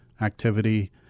activity